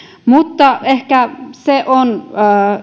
mutta ehkä se on